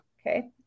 okay